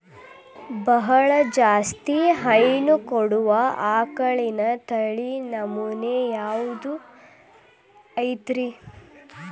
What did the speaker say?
ಬಹಳ ಜಾಸ್ತಿ ಹೈನು ಕೊಡುವ ಆಕಳಿನ ತಳಿ ನಮೂನೆ ಯಾವ್ದ ಐತ್ರಿ?